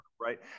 right